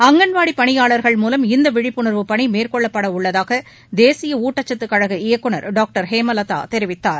அங்கன்வாடி பனியாளர்கள் மூலம் இந்த விழிப்புனர்வு பணி மேற்கொள்ளப்படவுள்ளதாக தேசிய ஊட்டசத்து கழக இயக்குநர் டாக்டர் ஹேமலதா தெரிவித்தார்